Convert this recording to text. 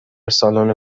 سالن